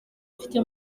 mfite